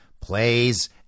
plays